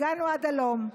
הגענו עד הלום.